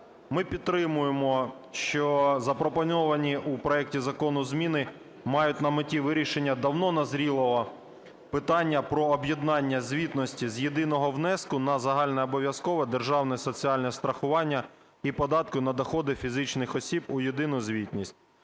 Ми підтримуємо, що запропоновані у проекті закону зміни мають на меті вирішення давно назрілого питання про об'єднання звітності з єдиного внеску на загальнообов'язкове державне соціальне страхування і податку на доходи фізичних осіб у єдину звітність,